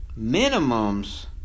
minimums